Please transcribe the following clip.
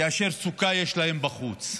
כאשר יש להם סוכה בחוץ.